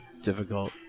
difficult